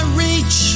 reach